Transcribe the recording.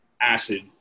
acid